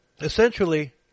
essentially